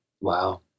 Wow